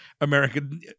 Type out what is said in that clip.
American